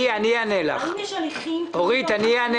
האם יש הליכים תלויים ועומדים?